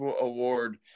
award